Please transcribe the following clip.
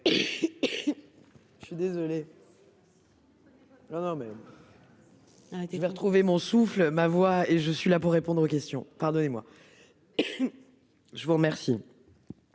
Je suis désolé. Non non mais. Il va retrouver mon souffle ma voix et je suis là pour répondre aux questions, pardonnez-moi. Je vous remercie.